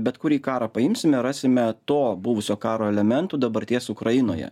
bet kurį karą paimsime rasime to buvusio karo elementų dabarties ukrainoje